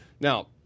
Now